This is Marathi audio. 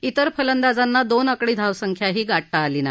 इतर फलंदाजांना दोन आकडी धावसंख्याही गाठता आली नाही